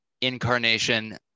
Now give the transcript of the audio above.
incarnation